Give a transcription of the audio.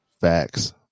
Facts